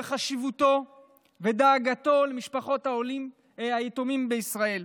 חשיבותו ודאגתו למשפחות היתומים בישראל.